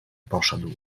poszedł